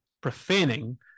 profaning